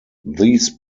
these